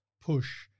push